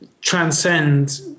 transcend